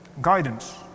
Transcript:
guidance